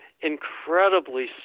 incredibly